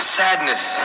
sadness